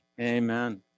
Amen